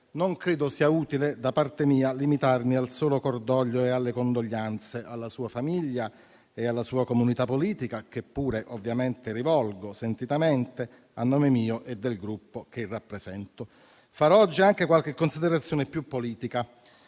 non credo sia utile da parte mia limitarmi al solo cordoglio e alle condoglianze alla sua famiglia e alla sua comunità politica, che pure ovviamente rivolgo sentitamente, a nome mio e del Gruppo che rappresento. Farò oggi anche qualche considerazione più politica,